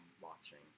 watching